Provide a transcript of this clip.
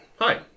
Hi